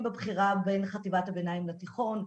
בבחירה בין חטיבת הביניים לבין התיכון,